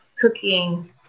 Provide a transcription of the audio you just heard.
cooking